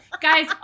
Guys